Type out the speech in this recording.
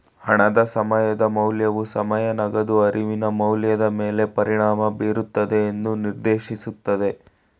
ಹಣದ ಸಮಯದ ಮೌಲ್ಯವು ಸಮಯ ನಗದು ಅರಿವಿನ ಮೌಲ್ಯದ ಮೇಲೆ ಪರಿಣಾಮ ಬೀರುತ್ತದೆ ಎಂದು ನಿರ್ದೇಶಿಸುತ್ತದೆ